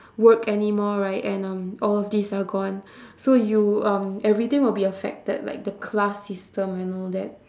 work anymore right and um all of these are gone so you um everything will be affected like the class system and all that